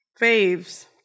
Faves